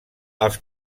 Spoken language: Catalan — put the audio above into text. els